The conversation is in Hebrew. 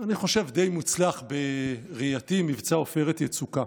אני חושב די מוצלח, בראייתי, מבצע עופרת יצוקה.